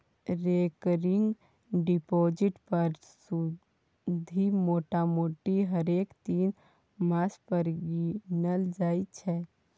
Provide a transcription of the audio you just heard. recurring deposit पर सुदि मोटामोटी हरेक तीन मास पर गिनल जाइ छै